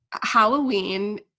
Halloween